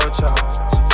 charge